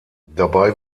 dabei